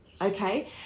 Okay